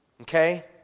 okay